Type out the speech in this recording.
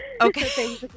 Okay